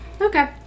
Okay